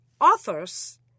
authors